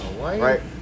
Right